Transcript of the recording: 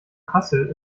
hassel